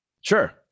Sure